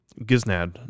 Giznad